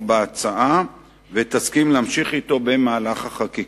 בהצעה ותסכים להמשיך אתו במהלך החקיקה.